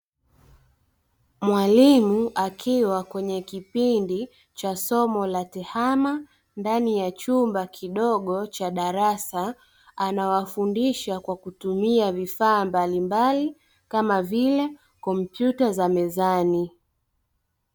Mwalimu akiwa kwenye kipindi cha somo la Tehama, ndani ya chumba kidogo cha darasa; anawafundisha kwa kutumia vifaa mbalimbali kama vile: kompyuta za mezani.